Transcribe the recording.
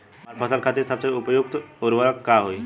हमार फसल खातिर सबसे उपयुक्त उर्वरक का होई?